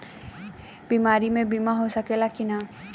बीमारी मे बीमा हो सकेला कि ना?